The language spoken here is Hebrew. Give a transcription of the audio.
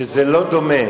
שזה לא דומה.